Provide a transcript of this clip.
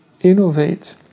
innovate